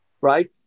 right